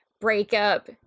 breakup